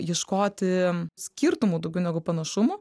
ieškoti skirtumų daugiau negu panašumų